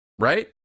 right